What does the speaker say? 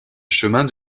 chemin